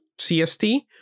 CST